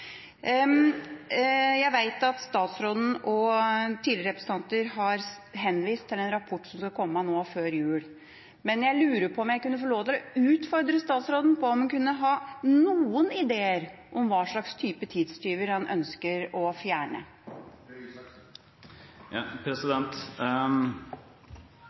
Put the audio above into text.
Jeg vet at statsråden og representanter tidligere har henvist til en rapport som skal komme nå før jul. Men jeg lurer på om jeg kunne få lov til å utfordre statsråden på om han kunne ha noen ideer om hva slags type tidstyver han ønsker å fjerne.